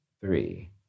three